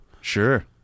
Sure